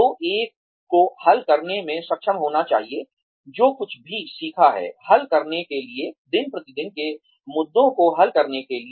तो एक को हल करने में सक्षम होना चाहिए जो कुछ भी सीखा है हल करने के लिए दिन प्रतिदिन के मुद्दों को हल करने के लिए